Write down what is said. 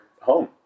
home